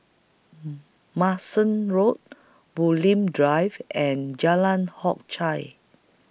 Manston Road Bulim Drive and Jalan Hock Chye